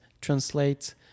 translate